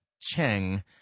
Cheng